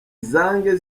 zange